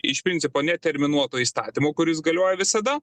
iš principo neterminuoto įstatymo kuris galioja visada